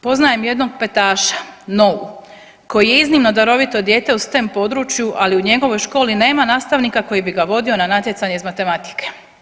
Poznajem jednog petaša Nou koji je iznimno darovito dijete u stem području, ali u njegovoj školi nema nastavnika koji bi ga vodio na natjecanje iz matematike.